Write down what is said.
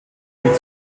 liegt